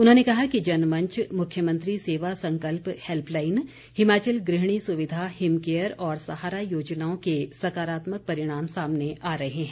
उन्होंने कहा कि जनमंच मुख्यमंत्री सेवा संकल्प हेल्पलाईन हिमाचल गृहिणी सुविधा हिमकेयर और सहारा योजनाओं के सकारात्मक परिणाम सामने आ रहे हैं